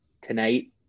tonight